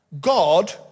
God